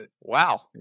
wow